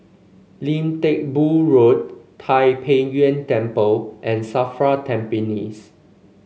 Lim Teck Boo Road Tai Pei Yuen Temple and Safra Tampines